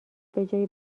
بجای